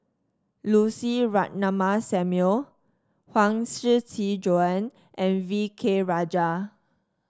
Lucy Ratnammah Samuel Huang Shiqi Joan and V K Rajah